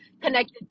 connected